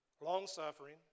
long-suffering